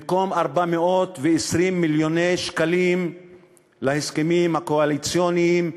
במקום 420 מיליוני שקלים להסכמים הקואליציוניים,